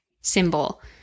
symbol